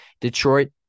Detroit